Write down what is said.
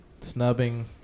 snubbing